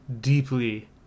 deeply